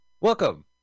welcome